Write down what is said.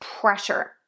pressure